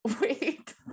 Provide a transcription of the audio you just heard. wait